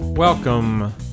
Welcome